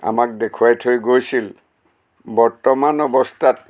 আমাক দেখুৱাই থৈ গৈছিল বৰ্তমান অৱস্থাত